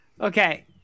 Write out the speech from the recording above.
Okay